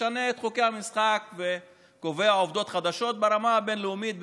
שמשנה את חוקי המשחק וקובע עובדות חדשות ברמה הבין-לאומית,